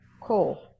cool